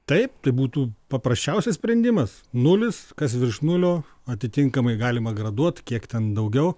taip tai būtų paprasčiausias sprendimas nulis kas virš nulio atitinkamai galima graduot kiek ten daugiau